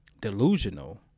delusional